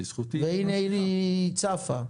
והנה היא צפה.